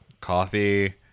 coffee